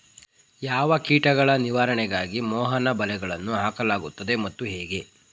ಯಾವ ಕೀಟಗಳ ನಿವಾರಣೆಗಾಗಿ ಮೋಹನ ಬಲೆಗಳನ್ನು ಹಾಕಲಾಗುತ್ತದೆ ಮತ್ತು ಹೇಗೆ?